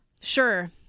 Sure